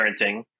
parenting